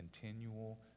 continual